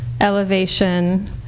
elevation